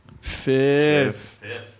Fifth